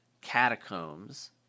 Catacombs